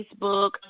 Facebook